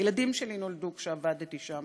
הילדים שלי נולדו כשעבדתי שם.